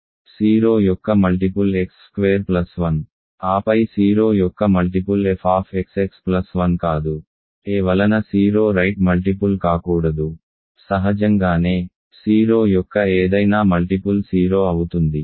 0 యొక్క multiple x square plus 1 ఆపై 0 యొక్క మల్టిపుల్ f x ప్లస్ 1 కాదు a వలన 0 రైట్ మల్టిపుల్ కాకూడదు సహజంగానే 0 యొక్క ఏదైనా మల్టిపుల్ 0 అవుతుంది